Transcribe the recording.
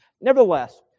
Nevertheless